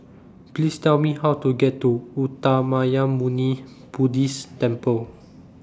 Please Tell Me How to get to Uttamayanmuni Buddhist Temple